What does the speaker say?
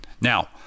now